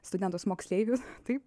studentus moksleivius taip